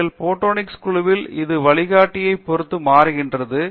எங்கள் போடோனிக்ஸ் குழுவில் இது வழிகாட்டியை பொறுத்து மாறுகிறது